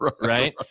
right